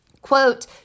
quote